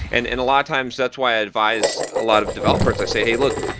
and and a lot of times, that's why advise a lot of developers, i say, hey, look.